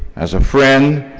as a friend,